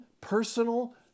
personal